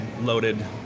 loaded